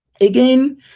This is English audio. again